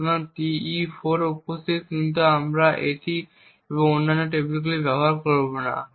সুতরাং Te4ও উপস্থিত কিন্তু আমরা এটি এবং অন্যান্য টেবিলগুলি ব্যবহার করব না